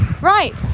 right